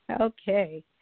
Okay